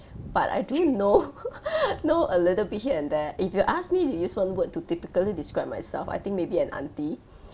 but I do know know a little bit here and there if you ask me to use one word to typically describe myself I think maybe an auntie